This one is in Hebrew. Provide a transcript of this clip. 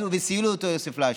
וסייעו לאותו יוסף פליישמן.